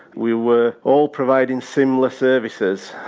we were all providing similar services.